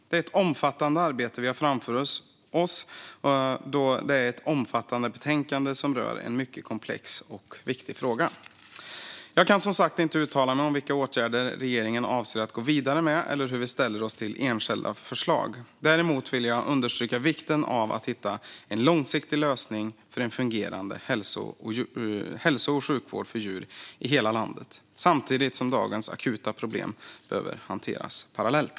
Det är ett omfattande arbete vi har framför oss då det är ett omfattande betänkande som rör en mycket komplex och viktig fråga. Jag kan som sagt inte uttala mig om vilka åtgärder regeringen avser att gå vidare med eller hur vi ställer oss till enskilda förslag. Däremot vill jag understryka vikten av att hitta en långsiktig lösning för en fungerande hälso och sjukvård för djur i hela landet samtidigt som dagens akuta problem behöver hanteras parallellt.